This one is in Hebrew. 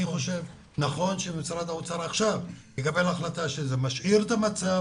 נכון שמשרד האוצר יקבל עכשיו החלטה להשאיר את המצב